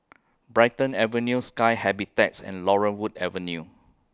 Brighton Avenue Sky Habitats and Laurel Wood Avenue